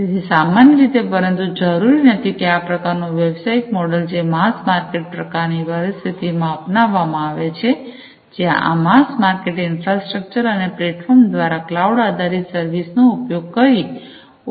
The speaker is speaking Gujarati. તેથી સામાન્ય રીતે પરંતુ જરૂરી નથી આ પ્રકારનો વ્યવસાયિક મોડલ જે માસ માર્કેટ પ્રકારની પરિસ્થિતિમાં અપનાવવામાં આવે છે જ્યાં આ માસ માર્કેટ ઇન્ફ્રાસ્ટ્રક્ચર અને પ્લેટફોર્મ દ્વારા ક્લાઉડ આધારિત સર્વિસનો ઉપયોગ કરી ઉપલબ્ધ કરાવી શકાય છે